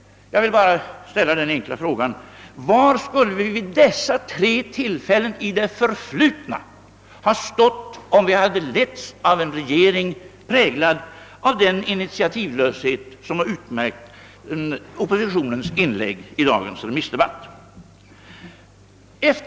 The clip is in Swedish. Jag vill endast ställa en fråga: Var skulle vi vid dessa tre tillfällen i det förflutna ha stått om vi letts av en regering, präglad av den initiativlöshet som varit utmärkande för oppositionens inlägg i dagens debatt?